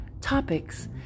topics